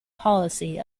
policy